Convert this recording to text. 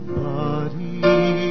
body